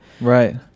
Right